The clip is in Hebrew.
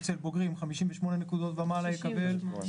אצל בוגרים 58 נקודות ומעלה --- 68.